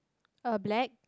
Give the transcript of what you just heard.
uh black